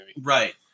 Right